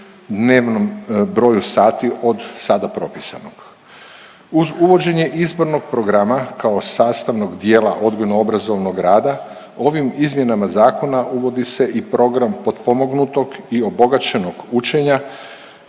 dnevnom broju sati od sada propisanog. Uz uvođenje izbornog programa kao sastavnog dijela odgojno-obrazovnog rada ovim izmjenama zakona uvodi se i program potpomognutog i obogaćenog učenja